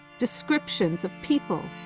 descriptions of people,